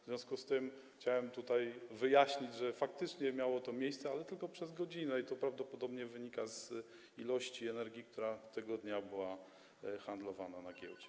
W związku z tym chciałem wyjaśnić, że faktycznie miało to miejsce, ale tylko przez godzinę i to prawdopodobnie wynika z ilości energii, którą tego dnia handlowano na giełdzie.